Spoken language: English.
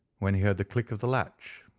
when he heard the click of the latch,